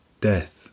death